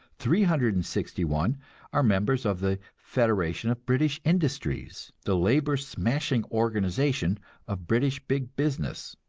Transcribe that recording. three hundred and sixty one are members of the federation of british industries, the labor-smashing organization of british big business.